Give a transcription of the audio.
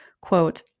Quote